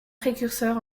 précurseur